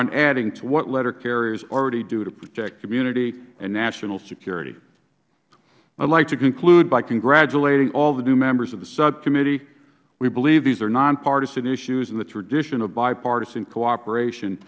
on adding to what letter carriers already do to protect community and national security i would like to conclude by congratulating all the new members of the subcommittee we believe these are nonpartisan issues in the tradition of bipartisan cooperation